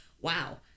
wow